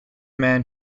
man